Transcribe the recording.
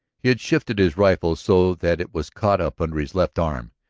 he had shifted his rifle so that it was caught up under his left arm.